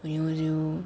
you know you know